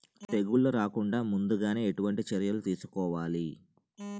తెగుళ్ల రాకుండ ముందుగానే ఎటువంటి చర్యలు తీసుకోవాలి?